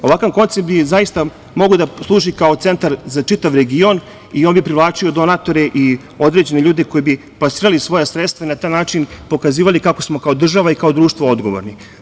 Ovakav koncept bi zaista mogao da služi kao centar za čitav region i on bi privlačio donatore i određene ljude koji bi plasirali svoja sredstva i na taj način pokazivali kako smo kao država i kao društvo odgovorni.